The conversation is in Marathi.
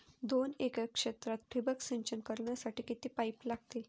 दोन एकर क्षेत्रात ठिबक सिंचन करण्यासाठी किती पाईप लागतील?